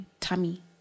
tummy